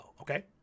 Okay